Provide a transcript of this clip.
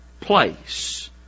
place